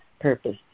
purpose